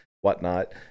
whatnot